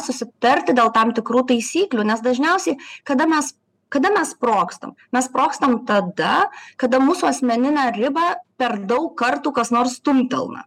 susitarti dėl tam tikrų taisyklių nes dažniausiai kada mes kada mes sprogstam mes sprogstam tada kada mūsų asmeninę ribą per daug kartų kas nors stumtelna